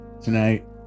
Tonight